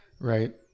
right